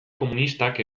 komunistak